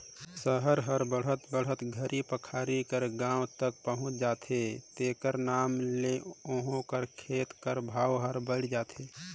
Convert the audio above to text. सहर हर बढ़त बढ़त घरी पखारी कर गाँव तक पहुंच जाथे तेकर नांव ले उहों कर खेत कर भाव हर बइढ़ जाथे